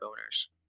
owners